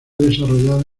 desarrollado